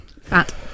Fat